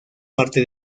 parte